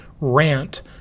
rant